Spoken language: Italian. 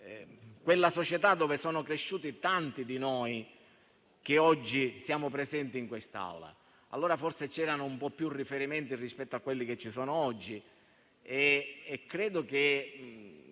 nella società in cui sono cresciuti tanti di noi, oggi presenti in quest'Aula, forse c'erano più riferimenti rispetto a quelli che ci sono oggi e credo che